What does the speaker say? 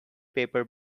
paper